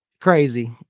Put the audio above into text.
Crazy